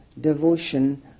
devotion